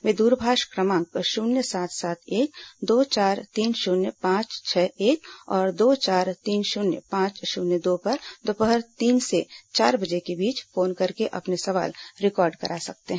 वे द्रभाष क्रमांक शून्य सात सात एक दो चार तीन शून्य पांच छह एक और दो चार तीन शून्य पांच शून्य दो पर दोपहर तीन से चार बजे के बीच फोन करके अपने सवाल रिकॉर्ड करा सकते हैं